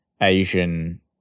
Asian